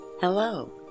Hello